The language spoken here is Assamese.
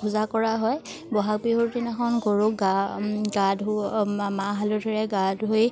পূজা কৰা হয় বহাগ বিহুৰ দিনাখন গৰুক গা গা ধু মাহ হালধিৰে গা ধুই